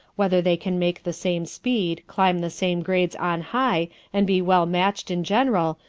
whether they can make the same speed, climb the same grades on high and be well matched in general,